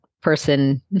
person